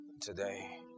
today